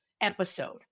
episode